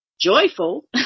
Joyful